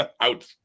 out